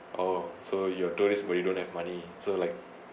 oh so you're tourist but you don't have money so like